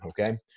Okay